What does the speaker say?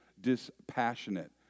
dispassionate